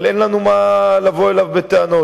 אבל אין לנו מה לבוא אליו בטענות,